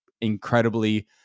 incredibly